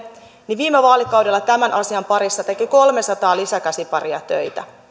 niin viime vaalikaudella tämän asian parissa teki kolmesataa lisäkäsiparia töitä